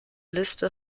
liste